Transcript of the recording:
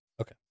Okay